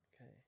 Okay